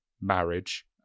marriage